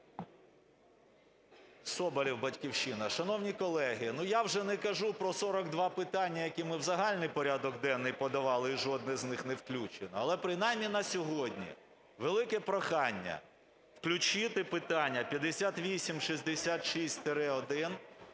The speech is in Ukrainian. Соболєв, "Батьківщина". Шановні колеги, ну я вже не кажу про 42 питання, які ми в загальний порядок денний подавали і жодне з них не включено. Але принаймні на сьогодні велике прохання включити питання 5866-1